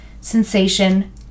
sensation